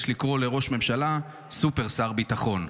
יש לקרוא לראש הממשלה סופר-שר הביטחון".